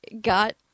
got